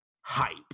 hype